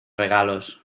regalos